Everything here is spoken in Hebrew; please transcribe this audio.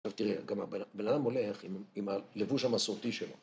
עכשיו תראה, גם הבן אדם הולך עם הלבוש המסורתי שלו.